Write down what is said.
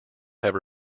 have